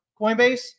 Coinbase